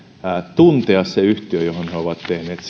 tuntea se yhtiö johon he ovat tehneet